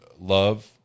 love